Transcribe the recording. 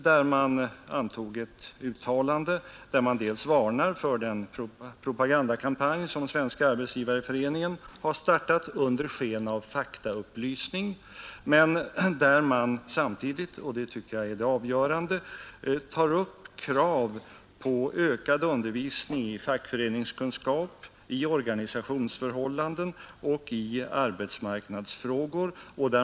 Där antog man ett uttalande där man till att börja med varnar för den propagandakampanj som Svenska arbetsgivareföreningen har startat under sken av faktaupplysning, men där man samtidigt — och det tycker jag är det avgörande — tar upp krav på ökad undervisning i fackföreningskunskap, i organisationsförhållanden och i arbetsmarknadsfrågor.